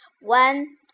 one